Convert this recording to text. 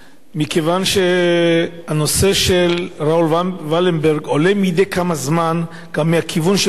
מכיוון שהנושא של ראול ולנברג עולה מדי כמה זמן מהכיוון של רוסיה,